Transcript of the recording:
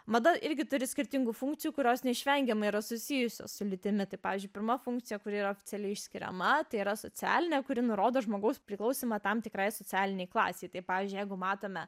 mada irgi turi skirtingų funkcijų kurios neišvengiamai yra susijusios su lytimi tai pavyzdžiui pirma funkcija kuri yra oficialiai išskiria matai yra socialinė kuri nurodo žmogaus priklausymą tam tikrai socialinei klasei tai pavyzdžiui jeigu matome